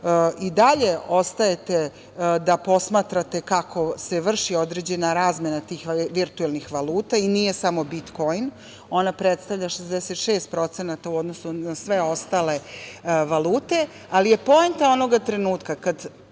i dalje ostajete da posmatrate kako se vrši određena razmena tih virtuelnih valuta i nije samo bitkoin, ona predstavlja 66% u odnosu na sve ostale valute. Ali, poenta je onog trenutka kada